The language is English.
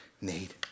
need